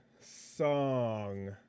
song